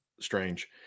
strange